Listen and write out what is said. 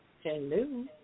Hello